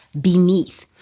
beneath